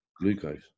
glucose